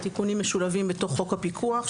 התיקונים משולבים בתוך חוק הפיקוח,